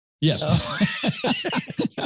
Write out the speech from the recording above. Yes